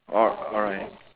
al~ alright